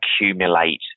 accumulate